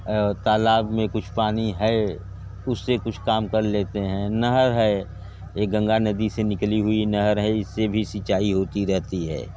तालाब मे कुछ पानी है उससे कुछ काम कर लेते हैं नहर है एक गंगा नदी से निकली हुई नहर है इससे भी सिंचाई होती रहती है